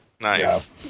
Nice